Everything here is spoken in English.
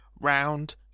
Round